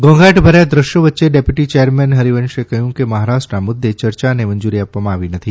ઘોંઘાટ ભર્યા દ્રશ્યો વચ્ચે ડેપ્યુટી ચેરમેન હરીવંશે કહ્યું કે મહારાષ્ટ્રના મુદ્દે ચર્ચાને મંજુરી આપવામાં આવી નથી